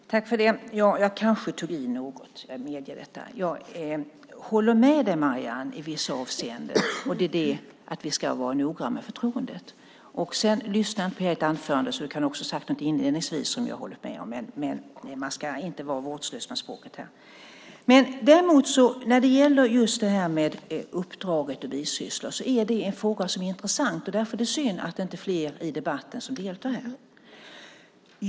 Fru talman! Jag kanske tog i något. Jag medger detta. Jag håller med dig, Marianne, i vissa avseenden, nämligen att vi ska vara noggranna med förtroendet. Jag lyssnade inte på hela ditt anförande, så du kan också ha sagt något inledningsvis som jag håller med om. Man ska inte vara vårdslös med språket. Detta med uppdraget och bisysslor är en fråga som är intressant. Därför är det synd att det inte är fler som deltar i debatten.